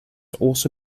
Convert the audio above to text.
also